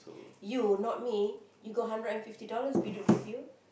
you not me you got hundred and fifty dollars Biduk give you